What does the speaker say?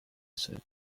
said